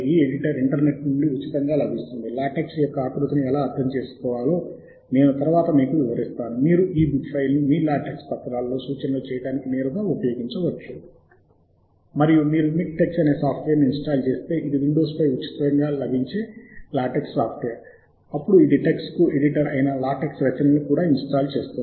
ఈ రెండు సాధనాలు టెక్స్వర్క్స్ మరియు మీరు ఇన్స్టాల్ చేయడానికి అన్ని ప్లాట్ఫారమ్లకు టెక్స్మేకర్ ఉచితంగా లభిస్తుంది